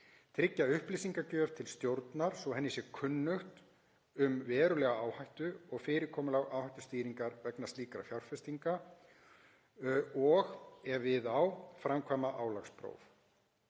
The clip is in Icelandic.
trygga upplýsingagjöf til stjórnar svo henni sé kunnugt um verulega áhættu og fyrirkomulag áhættustýringar vegna slíkra fjárfestinga og, ef við á, framkvæmd álagsprófa.